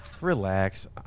Relax